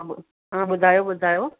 हा ॿुधायो ॿुधायो